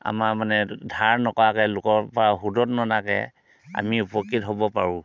আমাৰ মানে ধাৰ নকৰাকৈ লোকৰ পৰা সুতত ননাকৈ আমি উপকৃত হ'ব পাৰোঁ